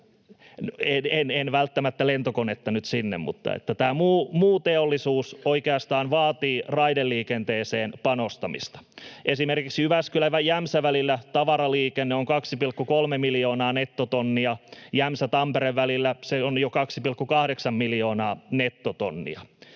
En välttämättä lentokonetta nyt sinne, mutta tämä muu teollisuus oikeastaan vaatii raideliikenteeseen panostamista. — Esimerkiksi Jyväskylä—Jämsä-välillä tavaraliikenne on 2,3 miljoonaa nettotonnia. Jämsä—Tampere-välillä se on jo 2,8 miljoonaa nettotonnia.